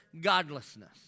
godlessness